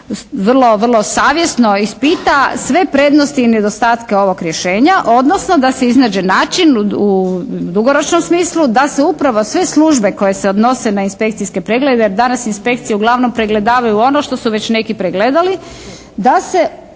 vrlo savjesno ispita sve prednosti i nedostatke ovog rješenja, odnosno da se iznađe način u dugoročnom smislu da se upravo sve službe koje se odnose na inspekcijske preglede, jer danas inspekcije uglavnom pregledavaju ono što su već neki pregledali, da se organizira